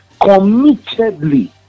committedly